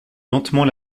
lentement